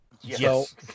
Yes